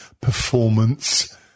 performance